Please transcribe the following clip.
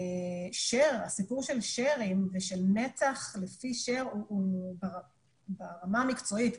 הסיפור של share'ים ושל נתח לפי share הוא ברמה המקצועית,